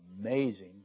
amazing